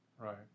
right